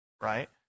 right